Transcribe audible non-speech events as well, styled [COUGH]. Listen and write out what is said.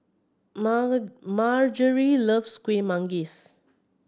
[UNINTELLIGIBLE] Margery loves Kuih Manggis